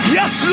Yes